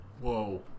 whoa